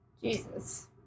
Jesus